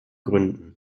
gründen